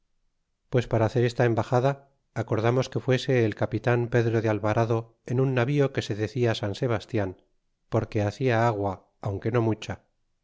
pues para hacer esta embaxada acordamos que fuese el capitan pedro de alvarado en un navío que se decia san sebastian porque hacia agua aunque no mucha